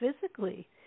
physically